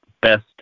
best